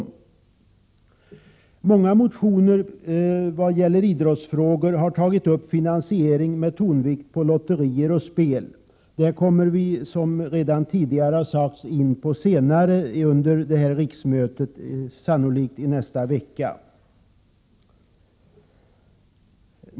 I många motioner som gäller idrottsfrågor har man tagit upp finansiering med tonvikt på lotterier och spel. Detta kommer vi, som redan sagts, in på senare under detta riksmöte — sannolikt i nästa vecka.